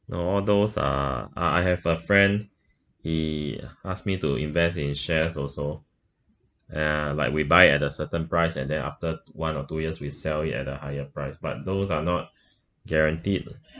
no all those are ah I have a friend he asked me to invest in shares also uh like we buy at a certain price and then after one or two years we sell it at a higher price but those are not guaranteed